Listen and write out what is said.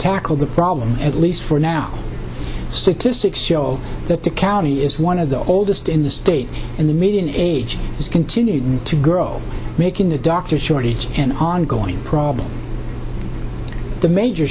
tackle the problem at least for now statistics show that the county is one of the oldest in the state and the median age has continued to grow making the doctor shortage an ongoing problem the major